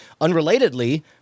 Unrelatedly